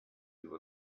you